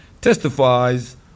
testifies